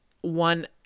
one –